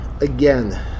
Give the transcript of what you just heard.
again